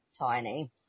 tiny